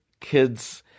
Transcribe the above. kids